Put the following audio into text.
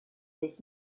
sich